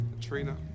Trina